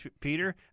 Peter